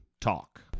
talk